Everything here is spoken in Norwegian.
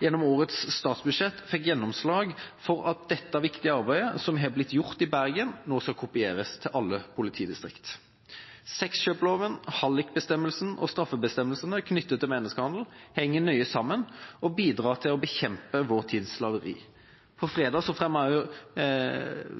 gjennom årets statsbudsjett fikk gjennomslag for at dette viktige arbeidet som har blitt gjort i Bergen, nå skal kopieres til alle politidistrikt. Sexkjøpsloven, hallikbestemmelsen og straffebestemmelsene knyttet til menneskehandel henger nøye sammen og bidrar til å bekjempe vår tids slaveri. Fredag fremmet